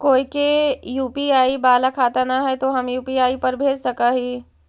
कोय के यु.पी.आई बाला खाता न है तो हम यु.पी.आई पर भेज सक ही?